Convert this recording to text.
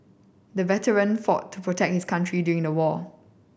the veteran fought to protect his country during the war